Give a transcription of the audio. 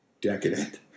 Decadent